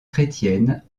chrétienne